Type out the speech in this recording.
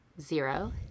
zero